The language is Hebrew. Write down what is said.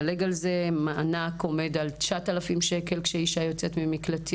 מענק עומד על 9,000 שקל, כשאישה יוצאת ממקלט.